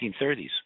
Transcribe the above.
1930s